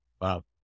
Wow